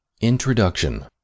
introduction